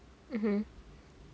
mmhmm